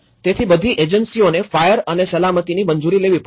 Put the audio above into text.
તેથી આ બધી એજન્સીઓને ફાયર અને સલામતીની મંજૂરી લેવી પડશે